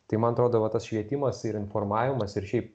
tai man atrodo va tas švietimas ir informavimas ir šiaip